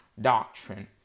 doctrine